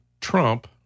Trump